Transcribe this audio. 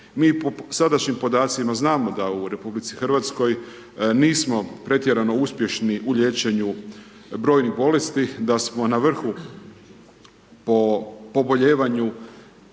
Mi po sadašnjim podacima znamo da u RH nismo pretjerano uspješni u liječenju brojnih bolesti, da smo na vrhu po poboljevanju,